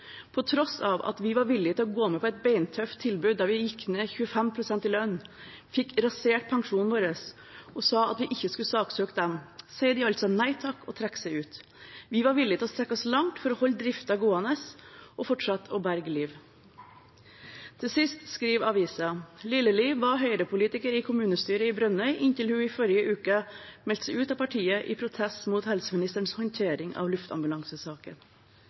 på tross av «at vi var villig til å gå med på et beintøft tilbud fra Babcock der vi gikk ned 25 prosent i lønn, fikk rasert pensjonen vår og at vi sa at vi ikke skulle saksøke dem sier de altså nei takk og trekker seg ut. Vi var villige til å strekke oss langt, for å holde driften gående og fortsette å berge liv.» Til slutt skriver avisen at Lilleli var Høyre-politiker i kommunestyret i Brønnøy inntil hun i forrige uke meldte seg ut av partiet i protest mot helseministerens håndtering av